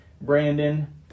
Brandon